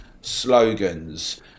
slogans